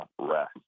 rest